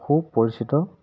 সু পৰিচিত